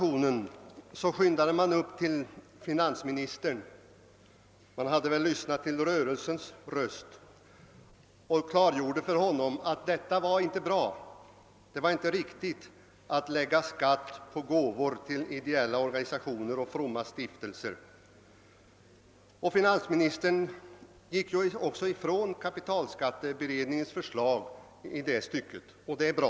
I anledning härav skyndade man upp till finansministern — man hade väl lyssnat till rörelsens röst — och klargjorde för honom att det inte var riktigt att lägga skatt på gåvor till ideella organisationer och fromma stiftelser. Finansministern gick också ifrån kapitalskatteberedningens förslag i det stycket, och det var bra.